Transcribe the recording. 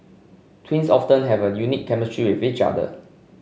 twins often have a unique chemistry with each other